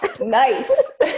Nice